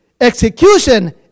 Execution